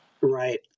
Right